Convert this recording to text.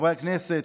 חברי הכנסת,